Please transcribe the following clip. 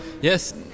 Yes